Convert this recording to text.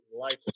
Life